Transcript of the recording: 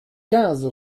quinze